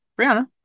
Brianna